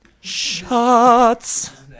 Shots